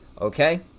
Okay